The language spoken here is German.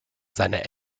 seine